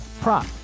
prop